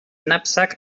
knapsack